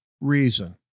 reason